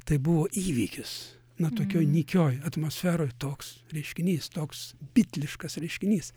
tai buvo įvykis na tokioj nykioj atmosferoj toks reiškinys toks bitliškas reiškinys